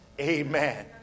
Amen